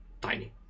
tiny